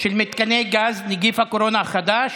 של מתקני גז (נגיף הקורונה החדש),